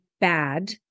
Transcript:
bad